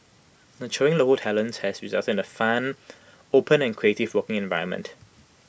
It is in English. nurturing local talents has resulted in A fun open and creative working environment